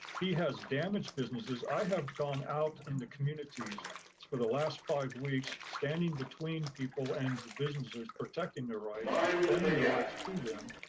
he has damaged businesses. i have gone out into communities for the last five weeks standing between people and the businesses protecting the rights, explain the rights to them.